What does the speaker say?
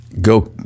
go